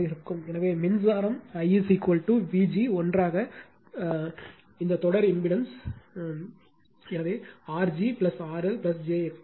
எனவே மின்சாரம் I Vg ஒன்றாக தொடர் இம்பிடான்ஸ் எனவே R g RL j x g